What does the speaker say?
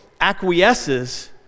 acquiesces